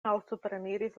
malsupreniris